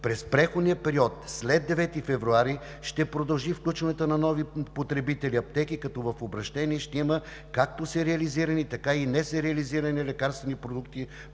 През преходния период след 9 февруари ще продължи включването на нови потребители аптеки, като в обращение ще има както сериализирани, така и несериализирани лекарствени продукти,